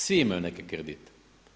Svi imaju neke kredite.